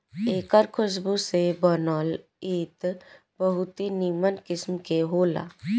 एकर खुशबू से बनल इत्र बहुते निमन किस्म के होला